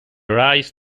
rise